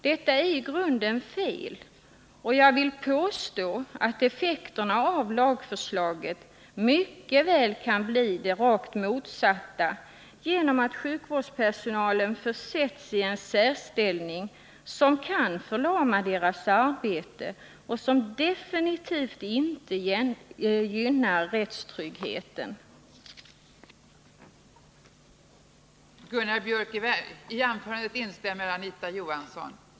Detta är i grunden fel, och jag vill påstå att effekterna av lagförslaget mycket väl kan bli de rakt motsatta genom att sjukvårdsperso 89 nalen försätts i en särställning som kan förlama deras arbete och som definitivt inte gynnar rättstryggheten.